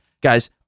Guys